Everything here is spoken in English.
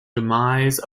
demise